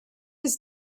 his